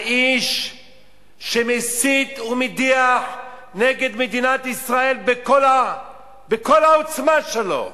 האיש שמסית ומדיח נגד מדינת ישראל בכל העוצמה שלו.